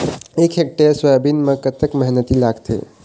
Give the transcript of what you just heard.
एक hectare soybean म कतक मेहनती लागथे?